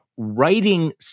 Writing